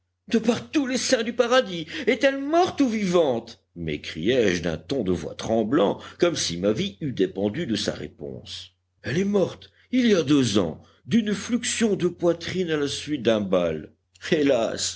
de par tous les saints du paradis est-elle morte ou vivante m'écriai-je d'un ton de voix tremblant comme si ma vie eût dépendu de sa réponse elle est morte il y a deux ans d'une fluxion de poitrine à la suite d'un bal hélas